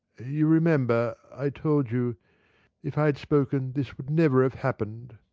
you remember i told you if i had spoken, this would never have happened.